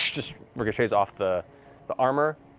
just ricochets off the the armor.